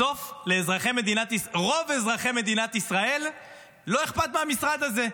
בסוף, לרוב אזרחי מדינת ישראל לא אכפת מהמשרד הזה.